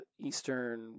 Eastern